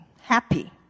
happy